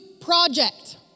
project